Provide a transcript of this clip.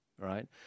right